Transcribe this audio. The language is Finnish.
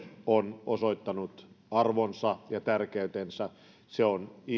on osoittanut arvonsa ja tärkeytensä se on